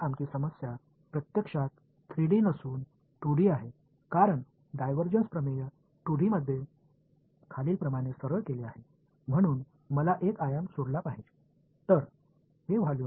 எனவே நம்முடைய சிக்கல் உண்மையில் 2D 3D இல் அல்ல என்பதால் டைவர்ஜன்ஸ் தேற்றம் 2D இல் பின்வருமாறு எளிமைப்படுத்தப்படுகிறது எனவே நான் ஒற்றை பரிமாணத்தை கைவிட வேண்டும்